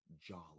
jolly